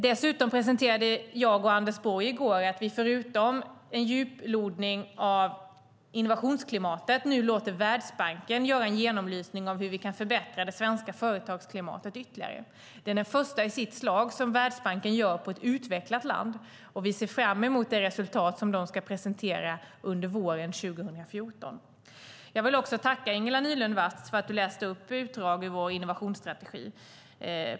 Dessutom presenterade jag och Anders Borg i går att vi förutom en djuplodning av innovationsklimatet låter Världsbanken göra en genomlysning av hur vi ytterligare kan förbättra det svenska företagsklimatet. Den är den första i sitt slag som Världsbanken gör av ett utvecklat land, och vi ser fram emot det resultat som de ska presentera under våren 2014. Jag vill tacka Ingela Nylund Watz för att hon läste upp utdrag ur vår innovationsstrategi.